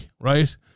right